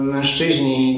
Mężczyźni